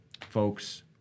Folks